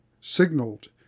signaled